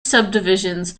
subdivisions